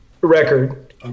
record